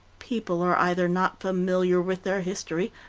people are either not familiar with their history,